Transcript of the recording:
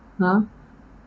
!huh!